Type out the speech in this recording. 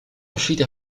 uscita